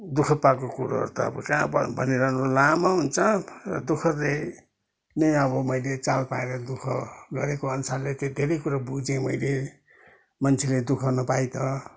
दुखः पएको कुरोहरू त कहाँ भन भनिरहनु लामो हुन्छ दुखः चाहिँ नै अब मैले चाल पाएर दुखः गरेको अनुसारले तै धेरै कुरो बुझेँ मैले मन्छेले दुखः नपाई त